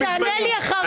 תענה לי אחר כך.